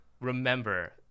remember